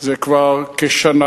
זה כשנה,